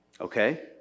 Okay